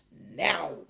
Now